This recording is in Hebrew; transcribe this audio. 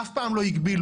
אף פעם לא הגבילו,